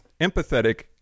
empathetic